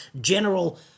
general